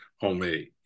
homemade